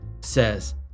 says